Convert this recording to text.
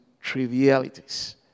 trivialities